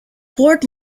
port